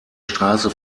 straße